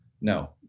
No